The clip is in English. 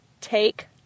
Take